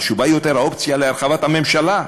חשובה יותר האופציה של הרחבת הממשלה,